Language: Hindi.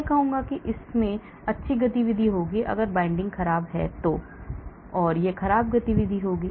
मैं कहूंगा कि इसमें अच्छी गतिविधि होगी अगर binding खराब है तो मैं कहूंगा कि यह खराब गतिविधि होगी